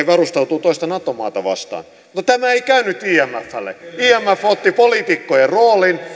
varustautuu toista nato maata vastaan mutta tämä ei käynyt imflle imf otti poliitikkojen roolin